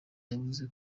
yavuze